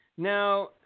Now